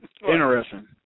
Interesting